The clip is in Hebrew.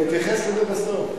אני אתייחס לזה בסוף.